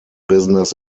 business